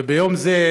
ביום זה,